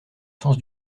sens